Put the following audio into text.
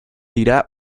dira